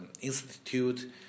institute